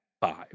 five